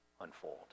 unfold